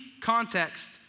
context